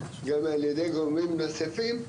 גם על ידיי גורמים נוספים,